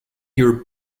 your